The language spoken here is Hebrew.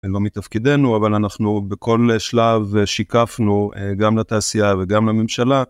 ולא מתפקידנו, אבל אנחנו בכל שלב שיקפנו גם לתעשייה וגם לממשלה.